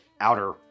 outer